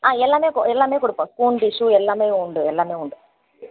ஆ எல்லாமே கொ எல்லாமே கொடுப்போம் ஸ்பூன் டிஷ்யூ எல்லாமே உண்டு எல்லாமே உண்டு